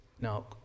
Now